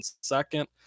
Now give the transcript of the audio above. second